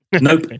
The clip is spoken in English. Nope